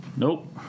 Nope